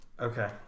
Okay